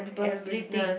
everything